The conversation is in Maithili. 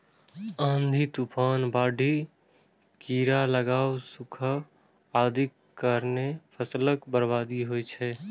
आंधी, तूफान, बाढ़ि, कीड़ा लागब, सूखा आदिक कारणें फसलक बर्बादी होइ छै